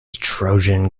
trojan